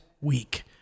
Week